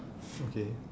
okay